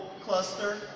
cluster